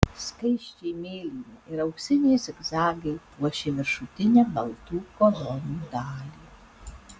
skaisčiai mėlyni ir auksiniai zigzagai puošė viršutinę baltų kolonų dalį